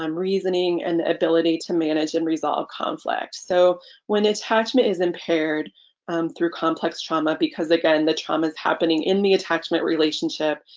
um reasoning and ability to manage and resolve conflict. so when attachment is impaired through complex trauma because again the traumas happening in the attachment relationship,